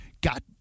got